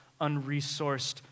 unresourced